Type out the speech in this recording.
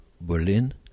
Berlin